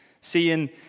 seeing